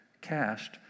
cast